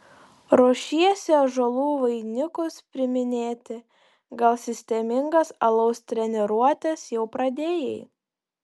ruošiesi ąžuolų vainikus priiminėti gal sistemingas alaus treniruotes jau pradėjai